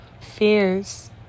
fears